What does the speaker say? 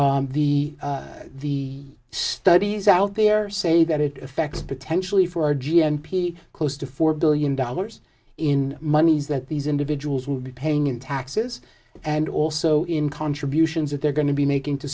t the the studies out there say that it effects potentially for our g n p close to four billion dollars in monies that these individuals will be paying in taxes and also in contributions that they're going to be making to